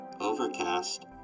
overcast